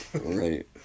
right